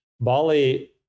Bali